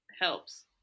helps